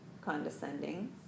condescending